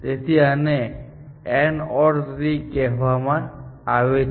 તેથી આને AND OR tree કહેવામાં આવે છે